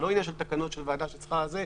זה לא עניין של תקנות שוועדה צריכה לאשר.